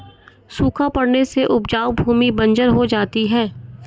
सूखा पड़ने से उपजाऊ भूमि बंजर हो जाती है